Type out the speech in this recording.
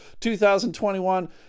2021